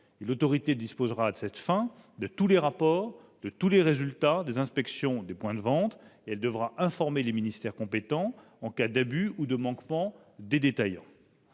Elle disposera à cette fin de tous les rapports, de tous les résultats des inspections des points de vente. Elle devra informer les ministères compétents en cas d'abus ou de manquement des détaillants.